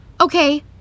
Okay